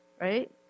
right